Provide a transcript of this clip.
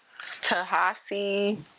Tahasi